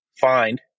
find